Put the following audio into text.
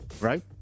right